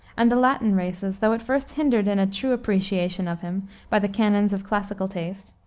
and the latin races, though at first hindered in a true appreciation of him by the canons of classical taste,